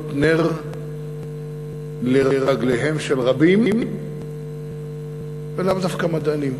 נר לרגליהם של רבים ולאו דווקא מדענים.